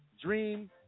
Dream